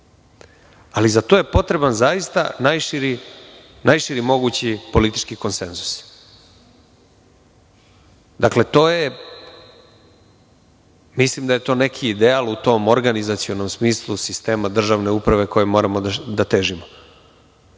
ali za to je potreban zaista najširi mogući politički konsenzus. Mislim da je to neki ideal u tom organizacionom smislu sistema državne uprave kojoj moramo da težimo. Drago